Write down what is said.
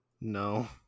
No